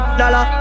dollar